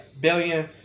billion